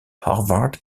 harvard